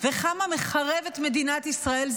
וכמה מחרב את מדינת ישראל.